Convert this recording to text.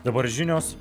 dabar žinios